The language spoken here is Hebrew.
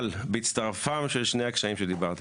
אבל בהצטרפם של שני הקשיים שדיברתי